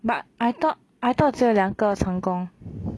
but I thought I thought 只有两个成功